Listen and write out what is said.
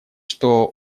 что